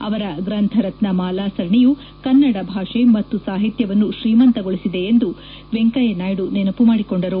ಅವರ ಗ್ರಂಥರತ್ನ ಮಾಲಾ ಸರಣಿಯು ಕನ್ನಡ ಭಾಷೆ ಮತ್ತು ಸಾಹಿತ್ಯವನ್ನು ಶ್ರೀಮಂತಗೊಳಿಸಿದೆ ಎಂದು ವೆಂಕಯ್ಯನಾಯ್ದು ನೆನಪು ಮಾಡಿಕೊಂಡರು